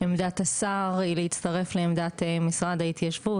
עמדת השר היא להצטרף לעמדת משרד ההתיישבות.